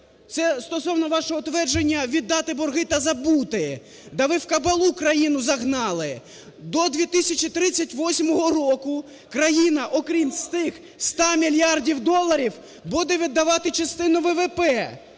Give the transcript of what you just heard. Це стосовно вашого твердження віддати борги та забути. Та ви в кабалу країну загнали! До 2038 року країна, окрім з тих 100 мільярдів доларів, буде віддавати частину ВВП.